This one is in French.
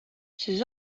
ses